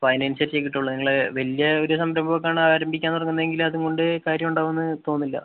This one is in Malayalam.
അപ്പോൾ അതിന് അനുസരിച്ചേ കിട്ടുകയുള്ളു നിങ്ങൾ വലിയ ഒരു സംരംഭം ഒക്കെ ആണ് ആരംഭിക്കാൻ തുടങ്ങുന്നതെങ്കില് അതുകൊണ്ട് കാര്യമുണ്ടാകുമെന്ന് തോന്നുന്നില്ല